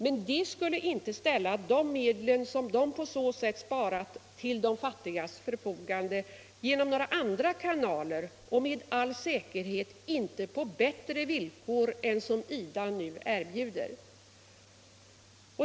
Men de medel som dessa länder på så sätt sparade skulle inte ställas till de fattiga ländernas förfogande genom andra kanaler och med all säkerhet inte på bättre villkor än de som IDA nu erbjuder.